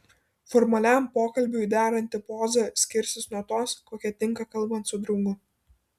formaliam pokalbiui deranti poza skirsis nuo tos kokia tinka kalbant su draugu